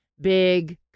big